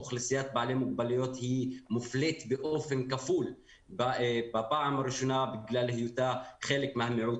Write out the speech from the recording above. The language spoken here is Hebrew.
אוכלוסיית בעלי מוגבלויות מופלית באופן כפול בגלל היותה חלק מהנראות